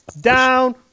down